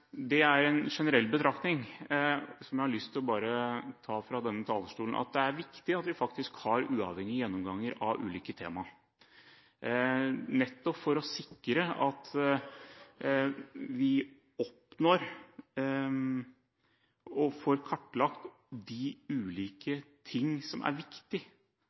uavhengige gjennomganger. En generell betraktning har jeg lyst til å ta fra denne talerstolen: Det er viktig at vi faktisk har uavhengige gjennomganger av ulike temaer, nettopp for å sikre at vi får kartlagt de ulike ting som er